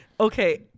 Okay